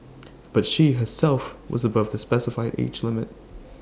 but she herself was above the specified age limit